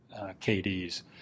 KDs